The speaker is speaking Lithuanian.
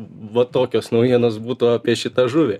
va tokios naujienos būtų apie šitą žuvį